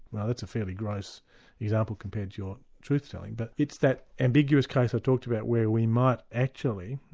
now that's a fairly gross example compared to your truth-telling, but it's that ambiguous case i talked about where we might actually,